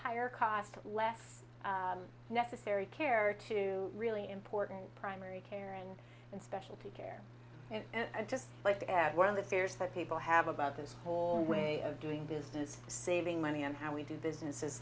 higher cost less necessary care to really important primary care and in specialty care and i just looked at one of the fears that people have about this whole way of doing business saving money and how we do business